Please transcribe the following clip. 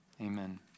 Amen